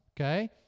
Okay